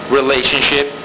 relationship